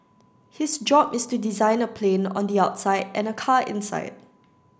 his job is to design a plane on the outside and a car inside